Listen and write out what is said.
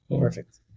Perfect